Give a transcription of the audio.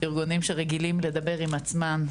ארגונים שרגילים לדבר עם עצמם.